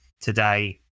today